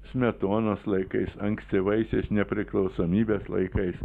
smetonos laikais ankstyvaisiais nepriklausomybės laikais